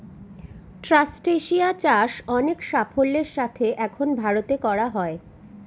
ট্রাস্টেসিয়া চাষ অনেক সাফল্যের সাথে এখন ভারতে করা হয়